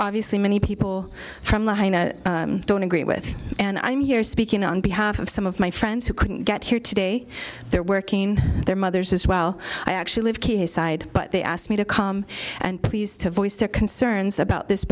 obviously many people from the don't agree with and i'm here speaking on behalf of some of my friends who couldn't get here today they're working their mothers as well i actually live key side but they asked me to come and please to voice their concerns about this